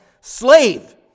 Slave